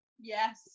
yes